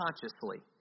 consciously